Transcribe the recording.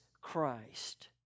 Christ